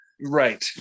Right